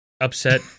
upset